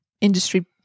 industry